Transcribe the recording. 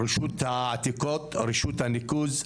רשות העתיקות, רשות הניקוז,